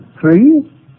Three